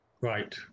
right